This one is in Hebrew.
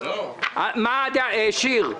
מיכל שיר,